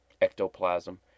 ectoplasm